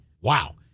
Wow